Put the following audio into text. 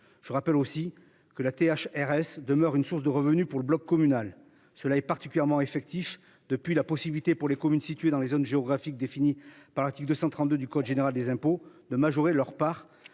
Je rappelle aussi que la TH RS demeure une source de revenus pour le bloc communal. Cela est particulièrement effectif depuis la possibilité pour les communes situées dans les zones géographiques définies par l'article 232 du code général des impôts de majorer leur part.